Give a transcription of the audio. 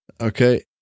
Okay